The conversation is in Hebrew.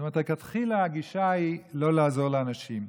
זאת אומרת, לכתחילה הגישה היא לא לעזור לאנשים.